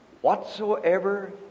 Whatsoever